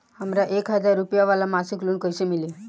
हमरा एक हज़ार रुपया वाला मासिक लोन कईसे मिली?